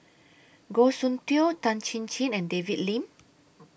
Goh Soon Tioe Tan Chin Chin and David Lim